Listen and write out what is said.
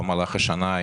חלילה, במהלך השנה?